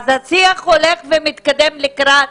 אז השיח הולך ומתקדם לקראת